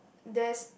there's